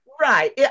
Right